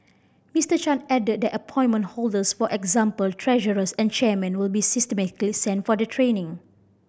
Mister Chan added that appointment holders for example treasurers and chairmen will be systematically sent for the training